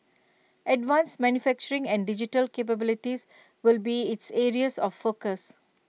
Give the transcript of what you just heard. advanced manufacturing and digital capabilities will be its areas of focus